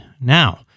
Now